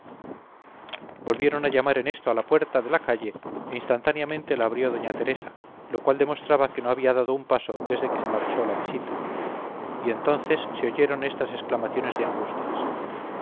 volvieron a llamar en esto a la puerta de la calle e instantáneamente la abrió doña teresa lo cual demostraba que no había dado un paso desde que se marchó la visita y entonces se oyeron estas exclamaciones de angustias